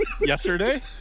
yesterday